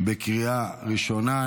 לקריאה ראשונה.